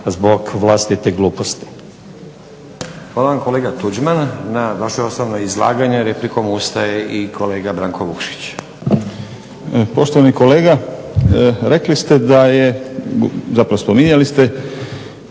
zbog vlastite gluposti.